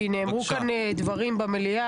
כי נאמרו כאן דברים במליאה,